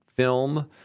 film